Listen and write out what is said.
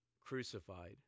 crucified